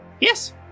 Yes